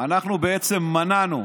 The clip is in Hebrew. אנחנו בעצם מנענו,